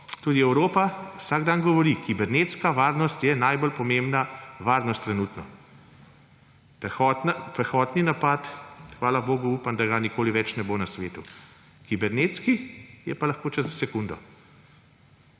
tudi Evropa vsak dan govori, kibernetska varnost je trenutno najbolj pomembna varnost. Pehotni napad, hvala bogu, upam, da ga nikoli več ne bo na svetu. Kibernetski je pa lahko čez sekundo.